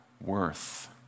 worth